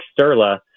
sterla